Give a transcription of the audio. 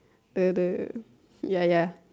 the the ya ya